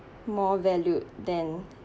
more valued than